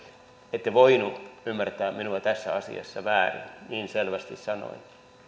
ette voinut ymmärtää minua tässä asiassa väärin niin selvästi sanoin